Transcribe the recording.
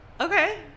Okay